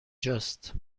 جاست